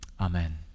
Amen